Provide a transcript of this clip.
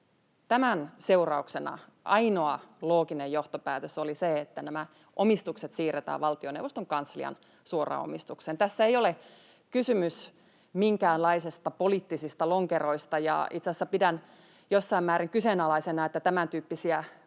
Tämän seurauksena ainoa looginen johtopäätös oli se, että nämä omistukset siirretään valtioneuvoston kanslian suoraan omistukseen. Tässä ei ole kysymys minkäänlaisista poliittisista lonkeroista, ja itse asiassa pidän jossain määrin kyseenalaisena, että tämäntyyppisiä